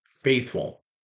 faithful